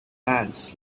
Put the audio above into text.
ants